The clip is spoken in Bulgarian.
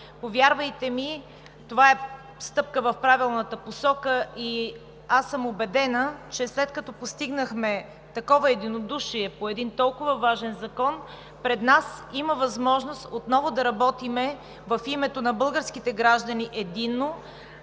Повярвайте ми, това е стъпка в правилната посока и аз съм убедена, че след като постигнахме такова единодушие по един толкова важен закон, пред нас има възможност отново да работим в името на българските граждани единно,